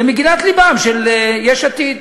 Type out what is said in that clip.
למגינת לבם של יש עתיד.